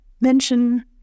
mention